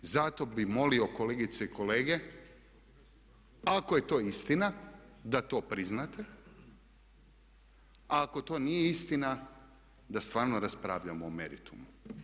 Zato bih molio kolegice i kolege ako je to istina da to priznate a ako to nije istina da stvarno raspravljamo o meritumu.